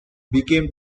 became